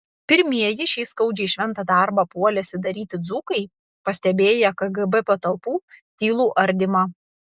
pirmieji šį skaudžiai šventą darbą puolėsi daryti dzūkai pastebėję kgb patalpų tylų ardymą